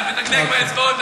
זה מדגדג באצבעות,